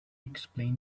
explain